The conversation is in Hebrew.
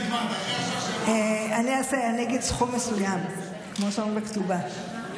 אני אגיד סכום מסוים, כמו שאומרים בכתובה.